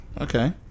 Okay